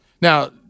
Now